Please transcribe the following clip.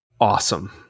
awesome